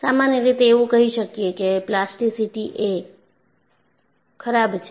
સામાન્ય રીતે એવું કહી શકીએ કે પ્લાસ્ટિસિટી એ ખરાબ છે